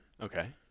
okay